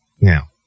Now